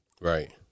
Right